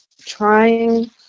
trying